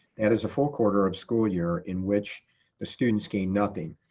that is a full quarter of school year in which the students gain nothing.